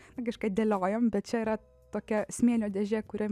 kažką dėliojam bet čia yra tokia smėlio dėžė kurią